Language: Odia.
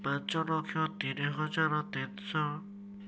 ପାଞ୍ଚଲକ୍ଷ ତିନିହଜାର ତିନିଶହ